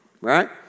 Right